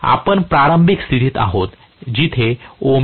आपण आरंभिक स्थितीत आहोत जे ω 0 च्या बरोबरीचे आहे